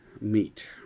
meet